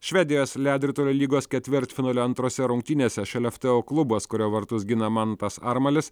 švedijos ledo ritulio lygos ketvirtfinalio antrose rungtynėse šeleftėo klubas kurio vartus gina mantas armalis